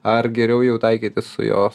ar geriau jau taikytis su jos